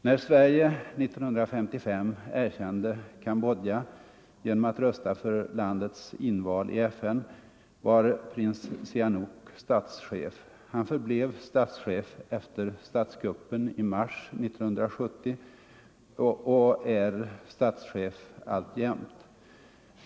När Sverige 1955 erkände Cambodja genom att rösta för landets inval i FN, var prins Sihanouk statschef. Han förblev statschef — låt vara i exil — efter statskuppen i mars 1970 och är statschef alltjämt.